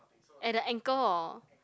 at the ankle or